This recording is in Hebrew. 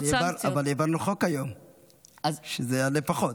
אבל העברנו חוק היום שזה יעלה פחות,